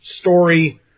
story